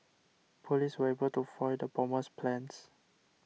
police were able to foil the bomber's plans